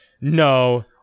no